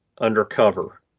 undercover